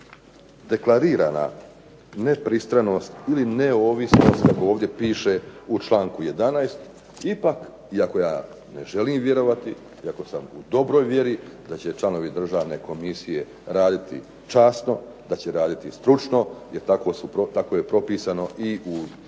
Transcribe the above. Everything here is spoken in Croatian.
i ta deklarirana nepristranost ili neovisnost kako ovdje piše u čl. 11. ipak, iako ja ne želim vjerovati, iako sam u dobroj vjeri da će članovi Državne komisije raditi časno da će raditi stručno, jer tako je propisano i u drugim